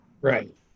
Right